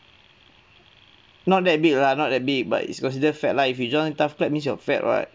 not that big lah not that big but it's considered fat lah if you join TAF club means you're fat [what]